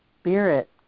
spirit